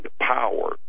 power